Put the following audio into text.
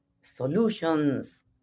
solutions